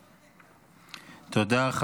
תודה.